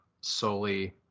solely